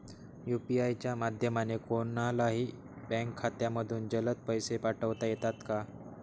UPI च्या माध्यमाने कोणलाही बँक खात्यामधून जलद पैसे पाठवता येतात का?